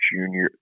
junior